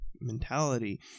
mentality